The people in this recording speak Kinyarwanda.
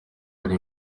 hari